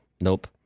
nope